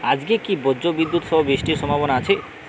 আজকে কি ব্রর্জবিদুৎ সহ বৃষ্টির সম্ভাবনা আছে?